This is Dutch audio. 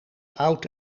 oud